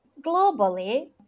Globally